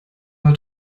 war